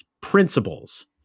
Principles